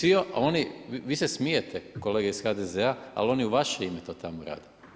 Vi se smijete kolege iz HDZ-a ali oni u vaše ime to tamo rade.